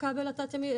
הכבל התת ימי,